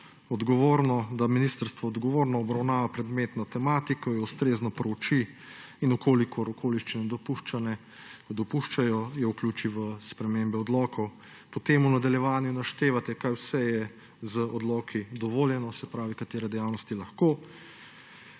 da ministrstvo odgovorno obravnava predmetno tematiko, jo ustrezno preuči in če okoliščine dopuščajo, jo vključi v spremembe odlokov. Potem v nadaljevanju naštevate, kaj vse je z odloki dovoljeno, se pravi katere dejavnosti lahko